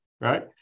right